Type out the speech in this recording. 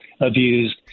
abused